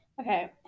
okay